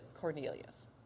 Cornelius